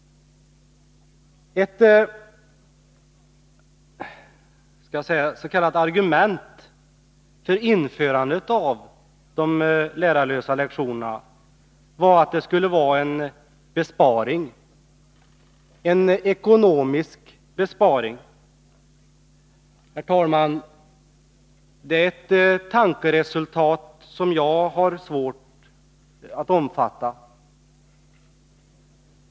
Ett s.k. argument för införandet av de lärarlösa lektionerna var att de skulle vara en ekonomisk besparing. Herr talman! Det är ett tankeresultat som jag har svårt att acceptera.